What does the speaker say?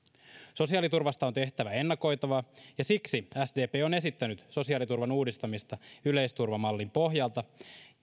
sosiaaliturvasta on tehtävä ennakoitavaa ja siksi sdp on esittänyt sosiaaliturvan uudistamista yleisturvamallin pohjalta